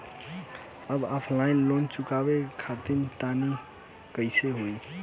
हम offline loan चुकावल चाहऽ तनि कइसे होई?